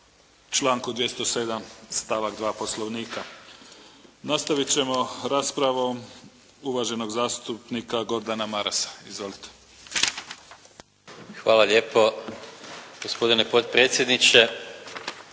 članku 207. stavak 2. Poslovnika. Nastavit ćemo raspravom uvaženog zastupnika Gordana Marasa. Izvolite. **Maras, Gordan (SDP)** Hvala lijepo. Gospodine potpredsjedniče,